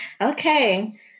Okay